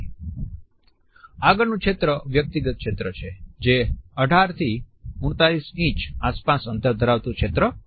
આગળનું ક્ષેત્ર વ્યક્તિગત ક્ષેત્ર છે જે 18 થી 48 ઇંચ આસપાસ અંતર ધરાવતું ક્ષેત્ર છે